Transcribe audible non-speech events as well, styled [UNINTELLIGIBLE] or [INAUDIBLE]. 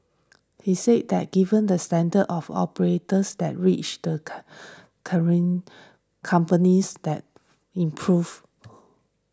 he said that given the standards of operators that reach the [UNINTELLIGIBLE] companies that improve